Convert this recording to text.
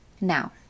Now